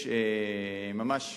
יש ממש